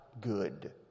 good